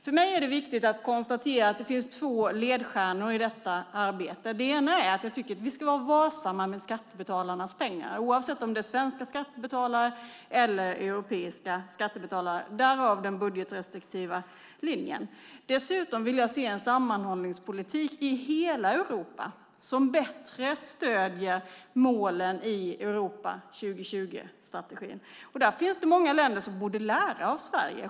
För mig är det viktigt att konstatera att det finns två ledstjärnor i detta arbete. Jag tycker att vi ska vara varsamma med skattebetalarnas pengar, oavsett om det är svenska eller europeiska skattebetalare, därav den budgetrestriktiva linjen. Dessutom vill jag se en sammanhållningspolitik i hela Europa som bättre stöder målen i Europa 2020-strategin. Där finns det många länder som borde lära av Sverige.